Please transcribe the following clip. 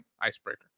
icebreaker